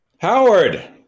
Howard